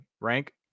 rank